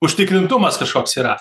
užtikrintumas kažkoks yra